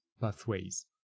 pathways